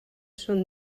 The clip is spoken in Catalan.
són